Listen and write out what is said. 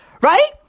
right